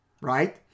right